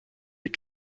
les